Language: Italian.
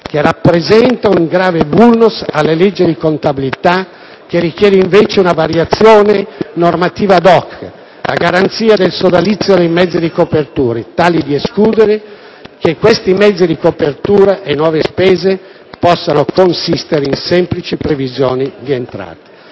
rappresenti un grave *vulnus* alle leggi di contabilità, che richiede, invece, una variazione normativa *ad* *hoc*, a garanzia della solidità dei mezzi di copertura, tale da escludere che mezzi di copertura di nuove spese possano consistere in semplici previsioni di maggiori